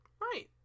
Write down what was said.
Right